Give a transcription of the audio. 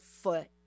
foot